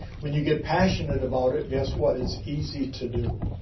when you get passionate about it, guess what? it's easy to do.